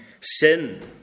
sin